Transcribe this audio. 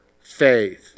faith